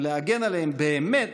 ולהגן עליהן באמת,